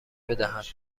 بدهد